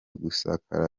gusakara